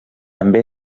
també